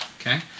okay